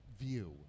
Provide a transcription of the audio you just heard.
view